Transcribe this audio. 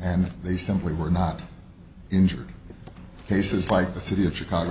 and they simply were not injured cases like the city of chicago